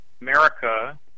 America